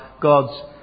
God's